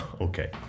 Okay